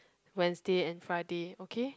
Wednesday and Friday okay